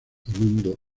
mundo